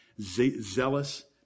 zealous